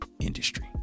industry